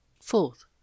Fourth